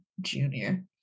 Junior